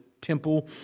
temple